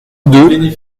deux